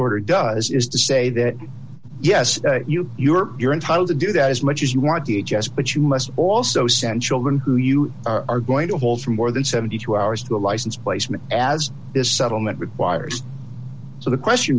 or does is to say that yes you are you're entitled to do that as much as you want the h s but you must also send children who you are going to hold for more than seventy two hours to a licensed placement as this settlement requires so the question